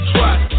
Trust